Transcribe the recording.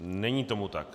Není tomu tak.